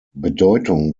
bedeutung